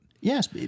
Yes